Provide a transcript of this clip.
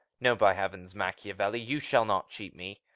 no, by heavens, machiavelli! you shall not cheat me.